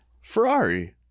Ferrari